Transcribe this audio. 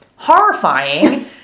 Horrifying